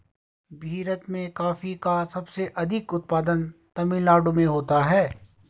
भीरत में कॉफी का सबसे अधिक उत्पादन तमिल नाडु में होता है